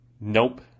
nope